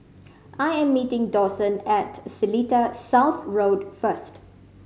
I am meeting Dawson at Seletar South Road first